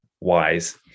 wise